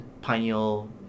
pineal